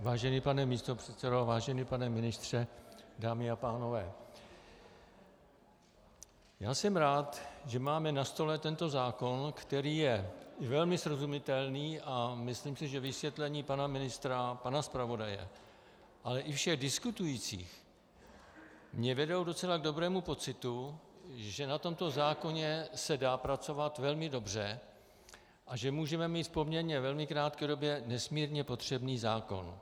Vážený pane místopředsedo, vážený pane ministře, dámy a pánové, jsem rád, že máme na stole tento zákon, který je velmi srozumitelný, a myslím si, že vysvětlení pana ministra, pana zpravodaje, ale i všech diskutujících mě vedou k docela dobrému pocitu, že na tomto zákoně se dá pracovat velmi dobře a že můžeme mít v poměrně velmi krátké době nesmírně potřebný zákon.